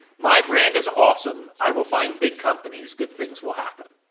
my brand is awesome. i will find big companies. good things will happen.